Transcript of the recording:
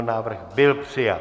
Návrh byl přijat.